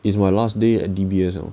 it's my last day at D_B_S lor